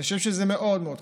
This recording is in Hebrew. אני חושב שזה מאוד מאוד חשוב,